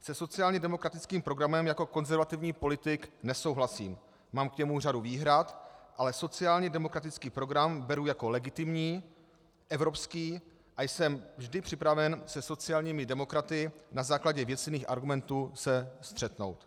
Se sociálně demokratickým programem jako konzervativní politik nesouhlasím, mám k němu řadu výhrad, ale sociálně demokratický program beru jako legitimní, evropský a jsem vždy připraven se sociálními demokraty na základě věcných argumentů se střetnout.